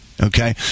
okay